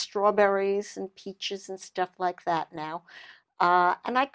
strawberries and peaches and stuff like that now and i